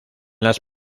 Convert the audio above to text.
las